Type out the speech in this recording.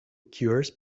cures